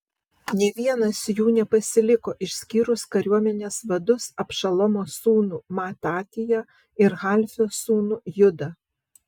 nė vienas jų nepasiliko išskyrus kariuomenės vadus abšalomo sūnų matatiją ir halfio sūnų judą